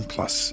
Plus